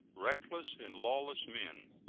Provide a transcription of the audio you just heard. reckless and lawless men,